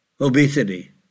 obesity